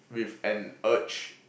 with an urge